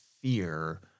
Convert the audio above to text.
fear